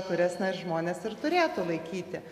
kurias na žmonės ir turėtų laikyti